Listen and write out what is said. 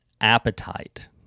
appetite